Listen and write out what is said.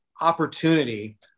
opportunity